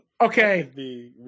Okay